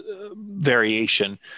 variation